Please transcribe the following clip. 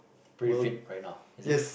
pretty fit right now is it